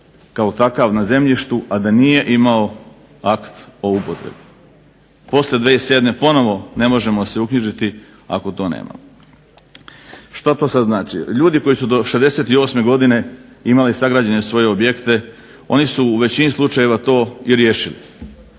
kao takav na zemljištu a da nije imao akt o upotrebi. Poslije 2007. Ponovo ne možemo se uknjižiti ako to nemamo. Šta to sad znači? Ljudi koji su do '68. godine imali sagrađene svoje objekte oni su u većini slučajeva to i riješili.